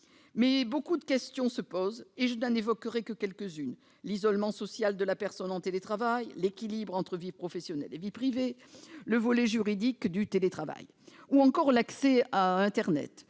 beaucoup de questions se posent ; je n'en évoquerai que quelques-unes : l'isolement social de la personne en télétravail, l'équilibre entre vie professionnelle et vie privée, le volet juridique du télétravail ou encore l'accès à internet.